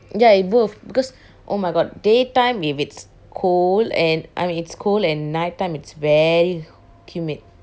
ya both because oh my god daytime if it's cold and I mean it's cool and night time it's very humid